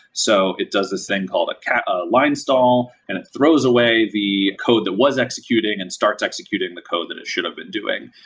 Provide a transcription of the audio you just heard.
so it does this thing called a ah line stall and it throws away the code that was executing and starts executing the code that it should have been doing.